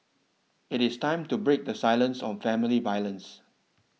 it is time to break the silence on family violence